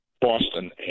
Boston